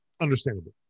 understandable